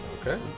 Okay